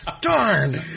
Darn